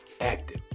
active